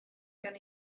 gan